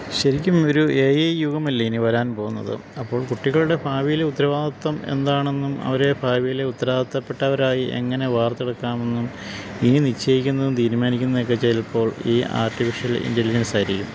ശരിക്കും ഒരു A I യുഗമല്ലേ ഇനി വരാൻ പോവുന്നത് അപ്പോൾ കുട്ടികളുടെ ഭാവിയിലെ ഉത്തരവാദിത്തം എന്താണെന്നും അവരെ ഭാവിയിലെ ഉത്തരവാദിത്തപ്പെട്ടവരായി എങ്ങനെ വാർത്തെടുക്കാമെന്നും ഇനി നിശ്ചയിക്കുന്നതും തീരുമാനിക്കുന്നതുമൊക്കെ ചിലപ്പോൾ ഈ ആർട്ടിഫിഷ്യൽ ഇൻ്റലിജൻസായിരിക്കും